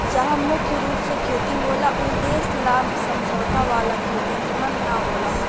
जहा मुख्य रूप से खेती होला ऊ देश ला समझौता वाला खेती निमन न होला